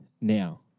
now